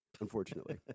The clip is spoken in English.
unfortunately